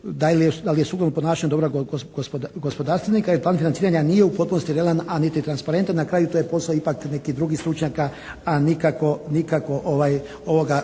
da li …/Govornik se ne razumije./… gospodarstvenika jer plan financiranja nije u potpunosti realan ali ni transparentan. Na kraju to je posao ipak nekih drugih stručnjaka ne nikako ovoga